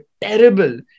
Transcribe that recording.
terrible